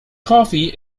coffee